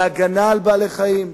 להגנה על בעלי-חיים.